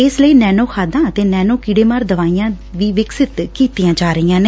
ਇਸ ਲਈ ਨੈਨੋ ਖਾਦਾਂ ਅਤੇ ਨੈਨੋ ਕੀੜੇਮਾਰ ਦਵਾਈਆ ਵੀ ਵਿਕਸਿਤ ਕੀਡੀਆ ਜਾ ਰਹੀਆ ਨੇ